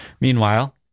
Meanwhile